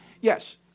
Yes